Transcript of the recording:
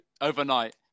overnight